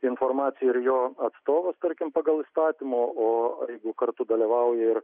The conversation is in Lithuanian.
informaciją ir jo atstovas tarkim pagal įstatymq o jeigu kartu dalyvauja ir